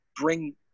bring